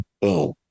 Boom